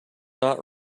not